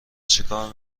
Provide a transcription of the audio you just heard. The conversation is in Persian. چیکار